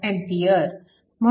015 A